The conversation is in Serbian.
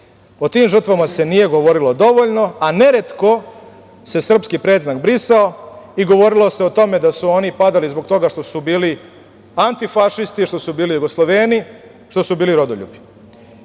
O tim žrtvama se nije govorilo dovoljno, a neretko se srpski predznak brisao i govorilo se o tome da su oni padali zbog toga što su bili antifašisti što su bili Jugosloveni, što su bili rodoljubi. Nije